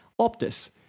Optus